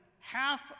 half